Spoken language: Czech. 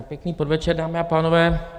Pěkný podvečer, dámy a pánové.